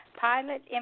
pilot